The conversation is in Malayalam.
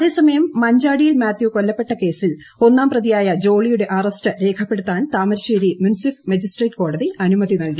അതേസമയം മുഞ്ചുട്ടിയിൽ മാത്യു കൊല്ലപ്പെട്ട കേസി ഒന്നാം പ്രതിയായ ജോളിയുടെ അറസ്റ്റ് രേഖപ്പെടുത്താൻ താമരശ്ശേരി മുൻസിഫ് മജിസ്ട്രേറ്റ് കോടതി അനുമതി നല്കി